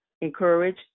encourage